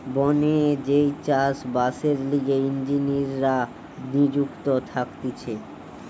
বনে যেই চাষ বাসের লিগে ইঞ্জিনীররা নিযুক্ত থাকতিছে